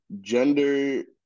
gender